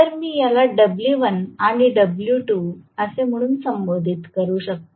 तर मी याला डब्ल्यू 1 आणि डब्ल्यू 2 म्हणून संबोधित करू शकते